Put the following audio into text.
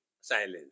silence